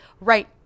right